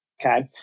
Okay